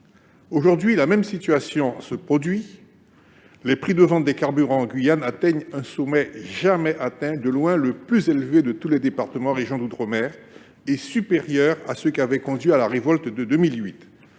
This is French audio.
Aujourd'hui, la même situation se reproduit. Le prix des carburants en Guyane s'établit à un niveau encore jamais atteint, de loin le plus élevé de tous les départements et régions d'outre-mer (DROM), supérieur à celui qui avait conduit à la révolte de 2008